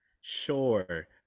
Sure